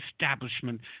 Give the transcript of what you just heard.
Establishment